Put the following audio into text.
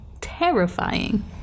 terrifying